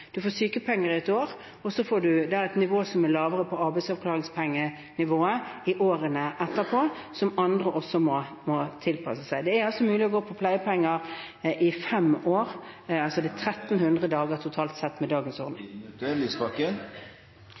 får sykepenger i ett år, og så får man arbeidsavklaringspenger, et nivå som er lavere, i årene etterpå – slik andre også må tilpasse seg. Det er mulig å gå på pleiepenger i fem år – det er altså 1 300 dager totalt sett med dagens